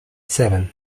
seven